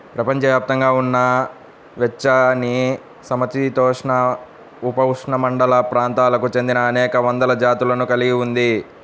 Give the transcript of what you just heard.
ప్రపంచవ్యాప్తంగా ఉన్న వెచ్చనిసమశీతోష్ణ, ఉపఉష్ణమండల ప్రాంతాలకు చెందినఅనేక వందల జాతులను కలిగి ఉంది